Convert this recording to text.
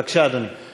לא, בבקשה, אדוני.